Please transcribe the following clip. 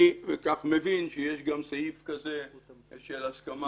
אני בכך מבין שיש גם סעיף כזה של הסכמה